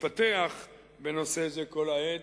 להתפתח בנושא זה כל העת,